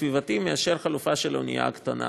הסביבתי מהחלופה של האונייה הקטנה.